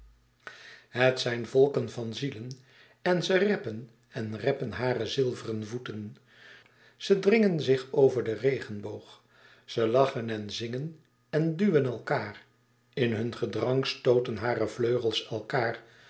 het zijn volken van zielen en ze reppen en reppen hare zilveren voeten ze dringen zich over den regenboog ze lachen en zingen en duwen elkaâr in hun gedrang stooten hare vleugels elkaâr